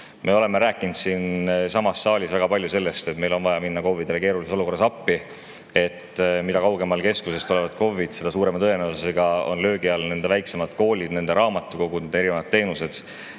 Me oleme rääkinud siinsamas saalis väga palju sellest, et meil on vaja minna KOV-idele keerulises olukorras appi. Mida kaugemal keskustest KOV-id on, seda suurema tõenäosusega on löögi all nende väiksemad koolid, nende raamatukogud, erinevad teenused.